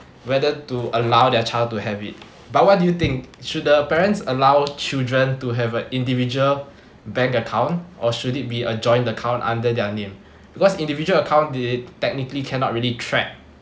whether to allow their child to have it but what do you think should the parents allow children to have an individual bank account or should it be a joint account under their name because individual account it technically cannot really track